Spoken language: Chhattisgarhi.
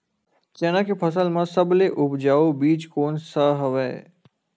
चना के फसल म सबले उपजाऊ बीज कोन स हवय?